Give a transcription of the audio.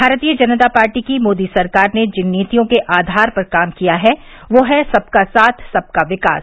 भारतीय जनता पार्टी की मोदी सरकार ने जिन नीतियों के आधार पर काम किया हैं वह है सबका साथ सबका विकास